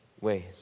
ways